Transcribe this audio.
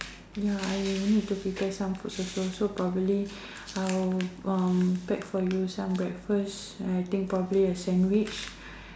ya I will need to prepare some food also so probably I will uh pack for you some breakfast and I think probably a sandwich